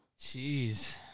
Jeez